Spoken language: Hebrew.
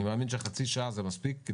אני מאמין שחצי שעה זה מספיק.